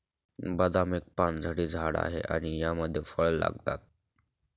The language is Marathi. बदाम एक पानझडी झाड आहे आणि यामध्ये फळ लागतात